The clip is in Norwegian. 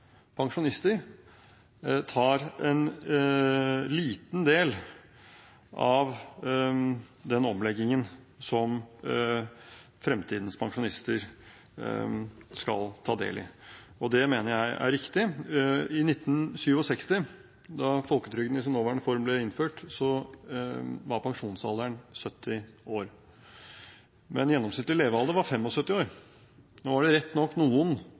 pensjonister tar en liten del av den omleggingen som fremtidens pensjonister skal ta del i. Det mener jeg er riktig. I 1967, da folketrygden i sin nåværende form ble innført, var pensjonsalderen 70 år, men gjennomsnittlig levealder var 75 år. Nå var det rett nok noen